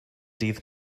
dydd